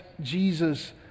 Jesus